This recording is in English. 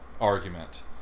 argument